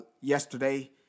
yesterday